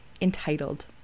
entitled